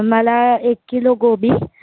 मला एक किलो गोबी